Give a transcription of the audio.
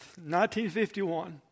1951